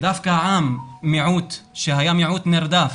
דווקא עם, מיעוט, שהיה מיעוט נרדף,